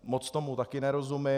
Moc tomu také nerozumím.